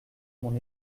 mon